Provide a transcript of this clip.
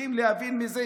צריכים להבין מזה